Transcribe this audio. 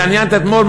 התעניינת אתמול,